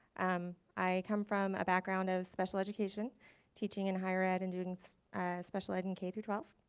and i come from a background of special education teaching in higher ed and doing special ed in k to twelve.